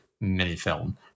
mini-film